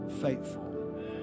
faithful